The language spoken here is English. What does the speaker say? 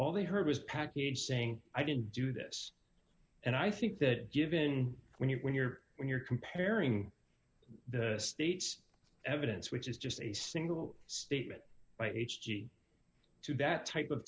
all they heard was package saying i didn't do this and i think that given when you're when you're when you're comparing the state's evidence which is just a single statement by h g to that type of